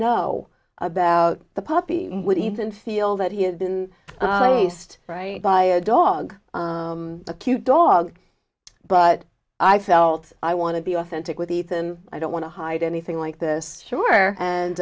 know about the puppy would even feel that he had been at least right by a dog a cute dog but i felt i want to be authentic with ethan i don't want to hide anything like this sure